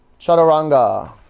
Chaturanga